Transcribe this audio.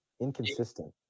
Inconsistent